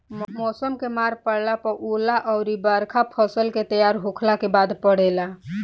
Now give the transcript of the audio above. मौसम के मार पड़ला पर ओला अउर बरखा फसल के तैयार होखला के बाद पड़ेला